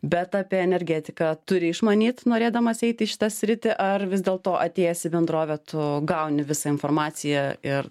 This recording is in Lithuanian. bet apie energetiką turi išmanyt norėdamas eit į šitą sritį ar vis dėlto atėjęs į bendrovę tu gauni visą informaciją ir